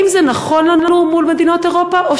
האם זה נכון לנו מול מדינות אירופה או